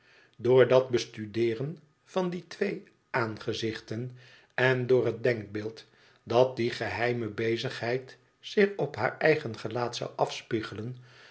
door dat bestudeeren van die twee aangezichten en door het denkbeeld lat die geheime bezigheid zich op haar eigen gelaat zou